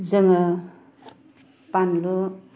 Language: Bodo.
जोङो बानलु